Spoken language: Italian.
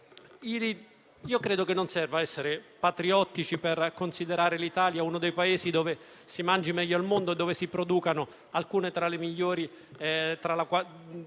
Non credo serva essere patriottici per considerare l'Italia uno dei Paesi in cui si mangia meglio al mondo e dove si producono alcuni tra i migliori